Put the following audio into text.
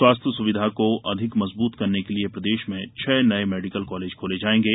स्वास्थ्य सुविधा को अधिक मजबूत करने के लिए प्रदेश में छह नए मेडिकल कॉलेज खोले जाएंगे